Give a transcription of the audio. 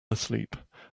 asleep